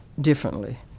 differently